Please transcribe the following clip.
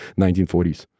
1940s